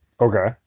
Okay